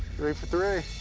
three for three.